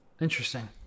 Interesting